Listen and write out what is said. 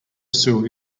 stool